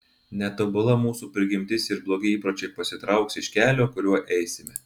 netobula mūsų prigimtis ir blogi įpročiai pasitrauks iš kelio kuriuo eisime